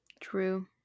True